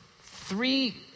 three